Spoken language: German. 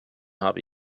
habe